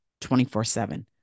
24-7